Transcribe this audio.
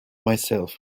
myself